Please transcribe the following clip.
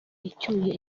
icyuye